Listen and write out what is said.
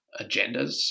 agendas